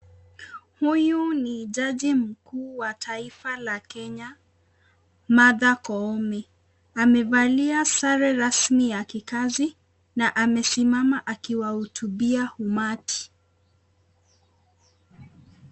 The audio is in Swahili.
Huyu ni jaji mkuu wa taifa la Kenya Martha Koome, Amevalia sare rasmi ya kikazi na amesimama akiwahutubia umati.